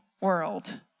world